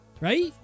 right